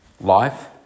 Life